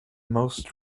most